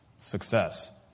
success